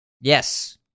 yes